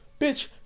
Bitch